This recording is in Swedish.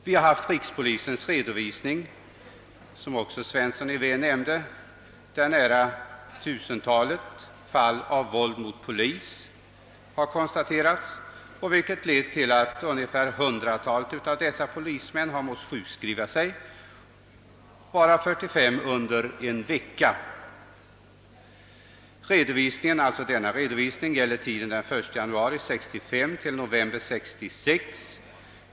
Rikspolisstyrelsens redovisning, vilken också herr Svensson i Vä nämnde, visar vidare att nära tusentalet fall av våld mot polis har förekommit, vilket lett till att ett hundratal av dessa polismän måst sjukskriva sig, varav 45 under en veckas längd. Denna redovisning avser tiden från den 1 januari 1965 till november 1966.